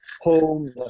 home